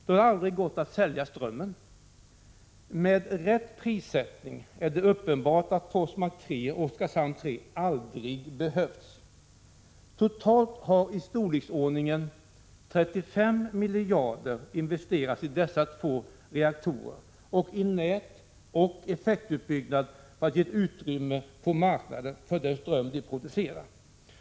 Det hade aldrig gått att sälja strömmen. Med rätt prissättning är det uppenbart att Forsmark 3 och Oskarshamn 3 aldrig hade behövts. Totalt har i storleksordningen 35 miljarder investerats i dessa två reaktorer och i nät och effektutbyggnad för att ge utrymme på marknaden åt den ström som reaktorerna producerar.